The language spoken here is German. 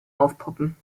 aufpoppen